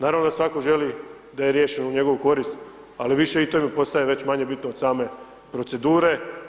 Naravno da svatko želi da je riješeno u njegovu korist ali više i to im postaje manje bitno od same procedure.